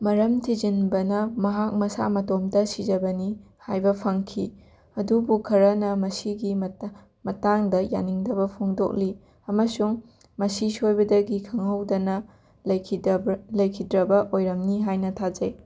ꯃꯔꯝ ꯊꯤꯖꯤꯟꯕꯅ ꯃꯍꯥꯛ ꯃꯁꯥ ꯃꯇꯣꯝꯇ ꯁꯤꯖꯕꯅꯤ ꯍꯥꯏꯕ ꯐꯪꯈꯤ ꯑꯗꯨꯕꯨ ꯈꯔꯅ ꯃꯁꯤꯒꯤ ꯃꯇꯥꯡ ꯃꯇꯥꯡꯗ ꯌꯥꯅꯤꯡꯗꯕ ꯐꯣꯡꯗꯣꯛꯂꯤ ꯑꯃꯁꯨꯡ ꯃꯁꯤ ꯁꯣꯏꯕꯗꯒꯤ ꯈꯪꯍꯧꯗꯅ ꯂꯩꯈꯤꯗꯕ꯭ꯔꯥ ꯂꯩꯈꯤꯗꯕ ꯑꯣꯏꯔꯝꯅꯤ ꯍꯥꯏꯅ ꯊꯥꯖꯩ